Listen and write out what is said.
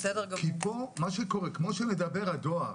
כי פה, מה שקורה, כמו שאומר נציג הדואר,